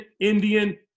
Indian